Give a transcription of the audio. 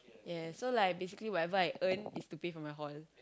yes so like basically whatever I earn is to pay for my hall